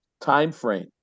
timeframe